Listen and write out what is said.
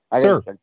Sir